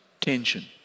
tension